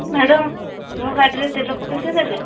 madam ମୋ ଗାଡ଼ିରେ ତେଲ ଦେଲେ